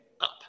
up